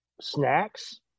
snacks